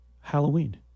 halloween